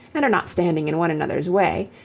and are not standing in one another's way,